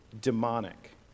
demonic